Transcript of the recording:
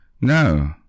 No